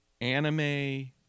anime